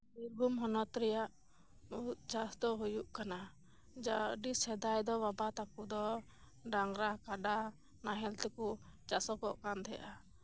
ᱵᱤᱨᱵᱷᱩᱢ ᱦᱚᱱᱚᱛ ᱨᱮᱭᱟᱜ ᱢᱩᱬᱩᱫ ᱪᱟᱥ ᱫᱚ ᱦᱳᱭᱳᱜ ᱠᱟᱱᱟ ᱡᱟ ᱟᱹᱰᱤ ᱥᱮᱫᱟᱭ ᱫᱚ ᱵᱟᱵᱟ ᱛᱟᱠᱚ ᱫᱚ ᱰᱟᱝᱨᱟ ᱠᱟᱰᱟ ᱱᱟᱦᱮᱞ ᱛᱮᱠᱚ ᱪᱟᱥᱚᱜᱚᱜ ᱠᱟᱱ ᱛᱟᱦᱮᱸᱫᱼᱟ